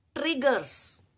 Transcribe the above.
triggers